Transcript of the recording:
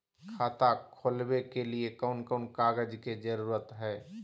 खाता खोलवे के लिए कौन कौन कागज के जरूरत है?